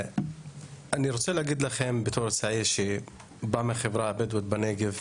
ואני רוצה להגיד לכם בתוך צעיר שבא מהחברה הבדואית בנגב,